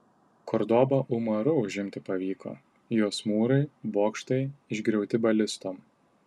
kordobą umaru užimti pavyko jos mūrai bokštai išgriauti balistom